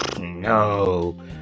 no